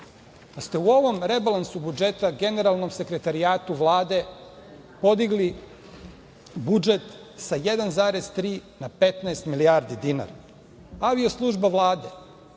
ste u ovom rebalansu budžeta Generalnom sekretarijatu Vlade podigli budžet sa 1,3 na 15 milijardi dinara, Avio služba Vlade